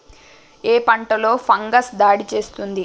ఏ పంటలో ఫంగస్ దాడి చేస్తుంది?